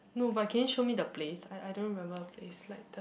no but can you show me the place I I don't remember the place like the